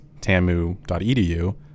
TAMU.edu